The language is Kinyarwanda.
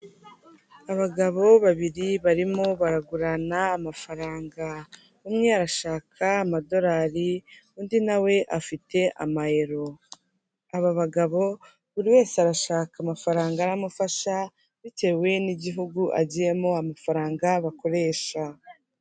Abagabo babiri barimo baragurana amafaranga, umwe arashaka amadorari, undi nawe afite amayero, aba bagabo buri wese arashaka amafaranga aramufasha, bitewe n'igihugu agiyemo amafaranga bakoresha.